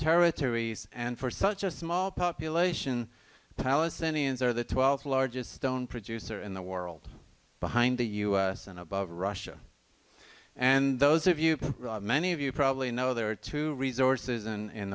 territories and for such a small population palestinians are the twelfth largest stone producer in the world behind the u s and russia and those of you many of you probably know there are two resources in